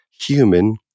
human